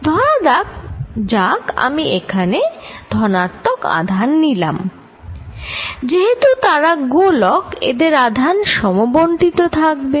ধরা যাক আমি এখানে ধনাত্মক আধান দিলাম যেহেতু তারা গোলক এদের আধান সমবন্টিত থাকবে